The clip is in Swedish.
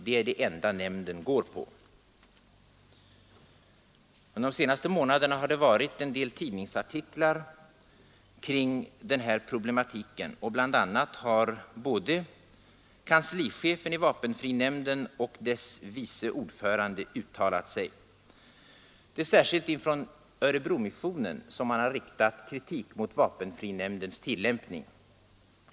Det är det enda nämnden går på.” Under de senaste månaderna har det varit en del tidningsartiklar kring den här problematiken, och bl.a. har både kanslichefen i vapenfrinämnden och dess vice ordförande uttalat sig. Det är särskilt från Örebromissionen som man har riktat kritik mot vapenfrinämndens tillämpning.